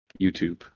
YouTube